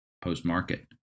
post-market